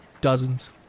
dozens